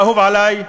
האהוב עלי,